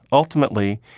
ultimately,